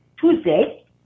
Tuesday